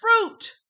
fruit